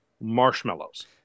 marshmallows